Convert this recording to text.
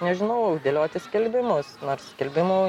nežinau dėlioti skelbimus nors skelbimų